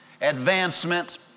advancement